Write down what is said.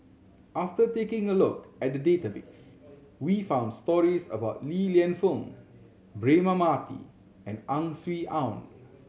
after taking a look at the database we found stories about Li Lienfung Braema Mathi and Ang Swee Aun